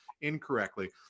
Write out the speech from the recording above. incorrectly